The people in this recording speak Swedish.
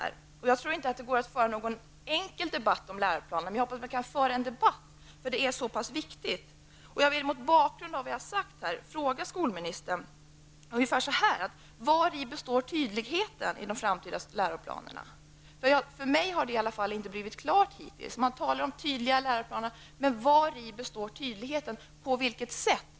Jag tror inte att det går att föra en enkel debatt om läroplanen. Men jag hoppas att det ändå skall gå att föra en debatt, för det här är så pass viktigt. Mot bakgrund av vad jag här har sagt vill jag fråga skolministern: Vari består tydligheten i de framtida läroplanerna? Jag har i varje fall hittills inte blivit klar över det. Det talas om tydliga läroplaner -- men på vilket sätt?